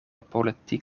politiek